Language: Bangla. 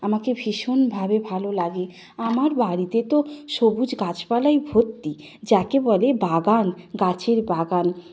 আমাকে ভীষণভাবে ভালো লাগে আমার বাড়িতে তো সবুজ গাছপালায় ভর্তি যাকে বলে বাগান গাছের বাগান